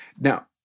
Now